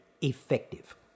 effective